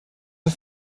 ist